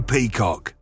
Peacock